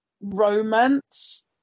romance